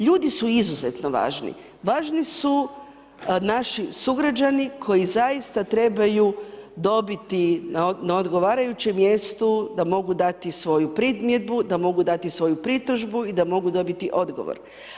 Ljudi su izuzetno važni, važni su naši sugrađani koji zaista trebaju dobiti na odgovarajući gestu da mogu dati svoju primjedbu, da mogu dati svoju pritužbu i da mogu dobiti odgovor.